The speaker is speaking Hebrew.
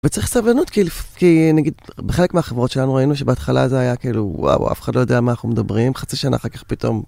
וצריך סבלנות כי נגיד בחלק מהחברות שלנו ראינו שבהתחלה זה היה כאילו וואוו אף אחד לא יודע מה אנחנו מדברים, חצי שנה אחר כך פתאום.